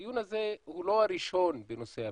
הדיון הזה הוא לא הראשון בנושא הפשיעה,